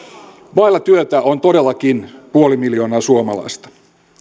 vailla työtä on todellakin puoli miljoonaa suomalaista